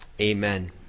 amen